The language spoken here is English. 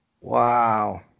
wow